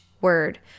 word